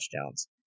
touchdowns